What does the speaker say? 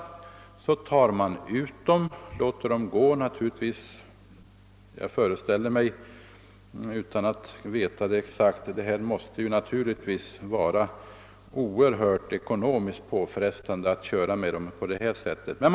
Utan att veta det säkert föreställer jag mig att det är ekonomiskt mycket påfrestande att låta bussarna gå i denna trafik.